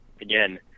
again